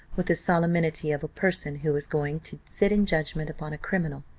with the solemnity of a person who was going to sit in judgment upon a criminal,